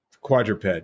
Quadruped